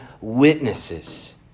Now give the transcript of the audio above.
witnesses